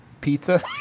pizza